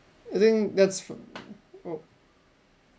I think that's for oh